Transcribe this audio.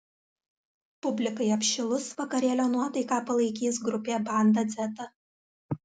publikai apšilus vakarėlio nuotaiką palaikys grupė banda dzeta